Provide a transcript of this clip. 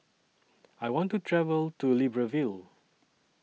I want to travel to Libreville